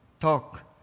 talk